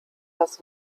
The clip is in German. das